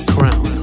Crown